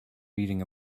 reading